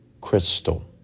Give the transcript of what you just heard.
Crystal